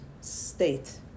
state